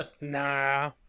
Nah